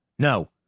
no!